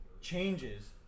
changes